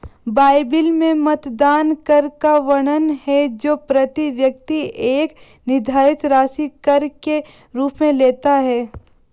Bible में मतदान कर का वर्णन है जो प्रति व्यक्ति एक निर्धारित राशि कर के रूप में लेता है